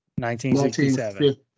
1967